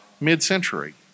mid-century